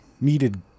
needed